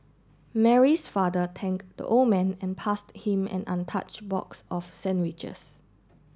Mary's father thanked the old man and passed him an untouched box of sandwiches